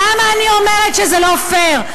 למה אני אומרת שזה לא פייר?